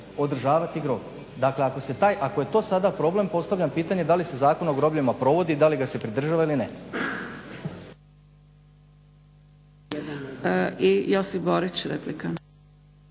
održavati groblja. Dakle, ako je to sada problem postavljam pitanje da li se Zakon o grobljima provodi i da li ga se pridržavamo ili ne? **Zgrebec, Dragica